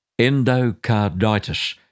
endocarditis